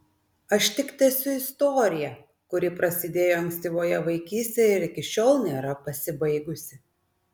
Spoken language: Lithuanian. aš tik tęsiu istoriją kuri prasidėjo ankstyvoje vaikystėje ir iki šiol nėra pasibaigusi